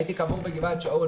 הייתי קבור בגבעת שאול,